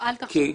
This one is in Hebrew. אל תחשוש,